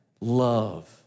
love